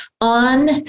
on